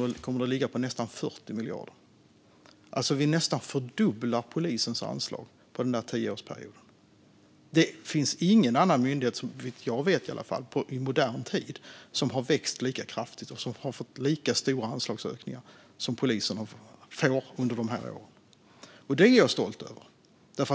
År 2025 kommer det att ligga på nästan 40 miljarder. Vi nästan fördubblar polisens anslag på den tioårsperioden. Det finns ingen annan myndighet, i alla fall vad jag vet, som i modern tid har vuxit lika kraftigt och fått lika stora anslagsökningar som polisen får under de här åren. Det är jag stolt över.